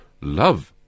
love